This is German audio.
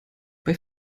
bei